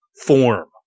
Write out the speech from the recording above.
form